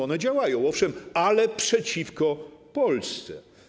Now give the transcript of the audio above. One działają, owszem, ale przeciwko Polsce.